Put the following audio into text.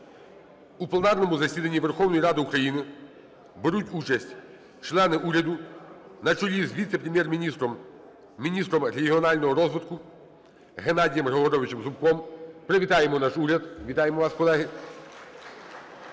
У пленарному засіданні Верховної Ради України беруть участь члени уряду на чолі з Віце-прем'єр-міністром - міністром регіонального розвитку Геннадієм Григоровичем Зубком. Привітаємо наш уряд! Вітаємо вас, колеги!